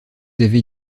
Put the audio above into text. avez